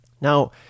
Now